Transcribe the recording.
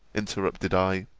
interrupted i,